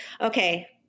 okay